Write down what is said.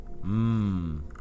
Mmm